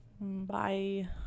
Bye